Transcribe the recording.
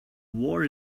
war